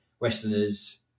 Westerners